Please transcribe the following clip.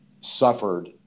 suffered